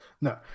no